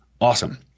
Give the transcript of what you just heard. Awesome